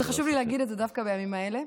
זה חשוב לי להגיד את זה דווקא בימים האלה.